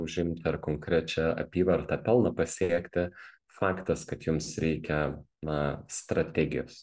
užimti ar konkrečią apyvartą pelną pasiekti faktas kad jums reikia na strategijos